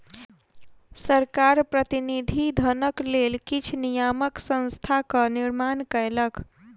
सरकार प्रतिनिधि धनक लेल किछ नियामक संस्थाक निर्माण कयलक